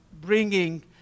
bringing